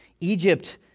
Egypt